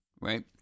right